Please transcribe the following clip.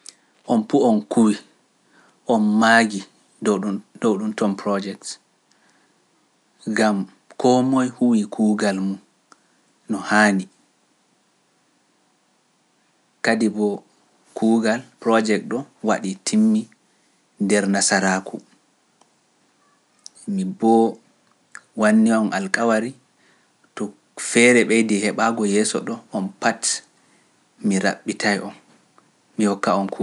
On fuu on kuwii, on maagii dow ɗum- dow ɗumton project, ngam koo moye huwii kuugal mum no haandi, kadi boo kuugal project ɗum waɗii, timmii, nder nasaraaku. Miin boo wannii-on alƙawari to feere ɓeydii heɓaago yeeso ɗoo on pat mi raɓɓitay-on mi hokka-on kuugal.